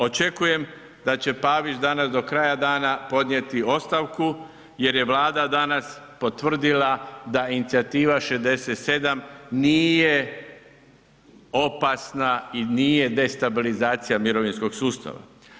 Očekujem da će Pavić danas do kraja dana podnijeti ostavku jer je Vlada danas potvrdila da inicijativa 67 nije opasna i nije destabilizacija mirovinskog sustava.